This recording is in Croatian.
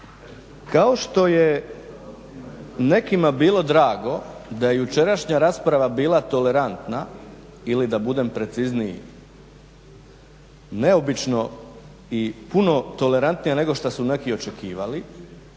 kao što je nekima bilo drago da je jučerašnja rasprava bila tolerantna ili da budem precizniji neobično i puno tolerantnija nego što su neki očekivali,